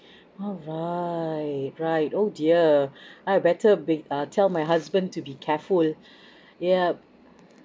alright right oh dear I better be uh tell my husband to be careful yup